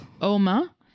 Oma